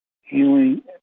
healing